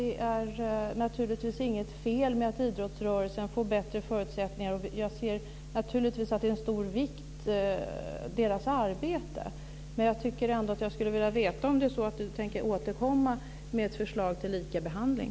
Det är naturligtvis inget fel med att idrottsrörelsen får bättre förutsättningar. Jag ser naturligtvis att deras arbete är av stor vikt. Jag skulle ändå vilja veta om Ronny Olander tänker återkomma med förslag till likabehandling.